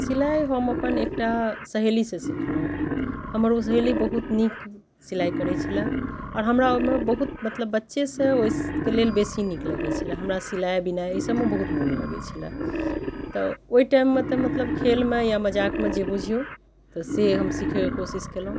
सिलाइ हम अपन एकटा सहेलीसँ सिखलहुँ हमर ओ सहेली बहुत नीक सिलाइ करै छलै आओर हमरा ओहिमे बहुत मतलब बच्चेसँ ओहिके लेल बेसी नीक लगै छलै हमरा सिलाइ बिनाइ एहि सभमे बहुत मोन लगै छलै तऽ ओहि टाइममे तऽ खेलमे या मजाकमे जे बुझियौ तऽ से हम सीखैके कोशिश कयलहुँ